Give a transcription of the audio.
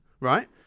right